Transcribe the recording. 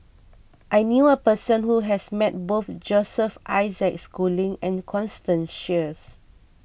I knew a person who has met both Joseph Isaac Schooling and Constance Sheares